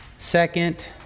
Second